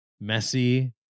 messy